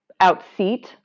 outseat